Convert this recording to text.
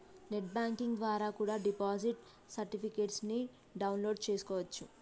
net banking ద్వారా కూడా deposit certificates ని డౌన్ లోడ్ చేస్కోవచ్చు